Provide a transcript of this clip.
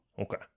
Okay